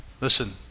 Listen